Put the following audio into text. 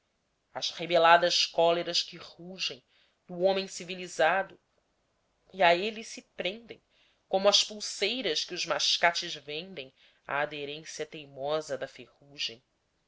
as rebeladas cóleras que rugem no homem civilizado e a ele se prendem como às pulseiras que os mascates vendem a aderência teimosa da ferrugem